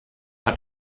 hat